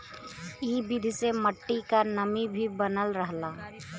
इ विधि से मट्टी क नमी भी बनल रहला